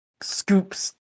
scoops